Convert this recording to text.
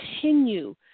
continue